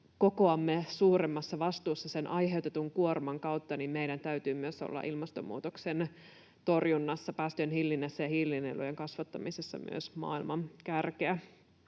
kokoamme suuremmassa vastuussa sen aiheutetun kuorman kautta, meidän täytyy olla maailman kärkeä myös ilmastonmuutoksen torjunnassa, päästöjen hillinnässä ja hiilinielujen kasvattamisessa. Nyt uhkaa käydä